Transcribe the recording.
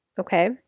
okay